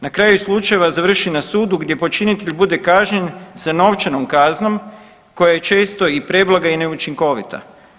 Na kraju slučaj završi na sudu gdje počinitelj bude kažnjen sa novčanom kaznom koja je često preblaga i neučinkovita.